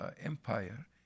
empire